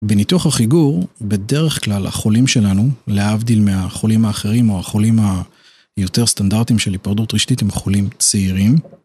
בניתוח החיגור, בדרך כלל החולים שלנו, להבדיל מהחולים האחרים או החולים היותר סטנדרטיים של היפרדות רשתית, הם חולים צעירים,